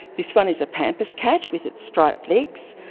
this one is a pampas cat with its striped legs,